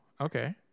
okay